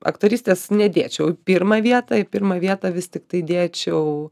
aktorystės nedėčiau į pirmą vietą į pirmą vietą vis tiktai dėčiau